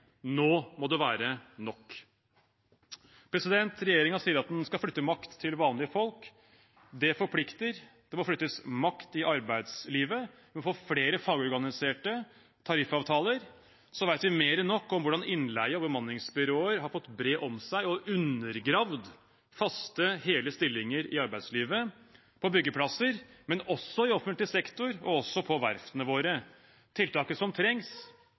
nå må det være nok. Regjeringen sier at den skal flytte makt til vanlige folk. Det forplikter, det må flyttes makt i arbeidslivet, og vi må få flere fagorganiserte – tariffavtaler. Så vet vi mer enn nok om hvordan innleie og bemanningsbyråer har fått bre seg og undergravd faste hele stillinger i arbeidslivet – på byggeplasser, men også i offentlig sektor og på verftene våre. Tiltaket som trengs,